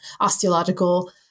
osteological